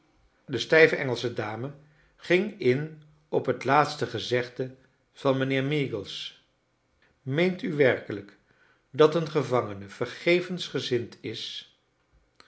de stijve engelsche dame ging in op het laatste gezegde van mijnheer meagles meent u werkelijk dat een gevangene vergevensgezind is